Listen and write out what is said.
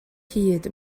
hyd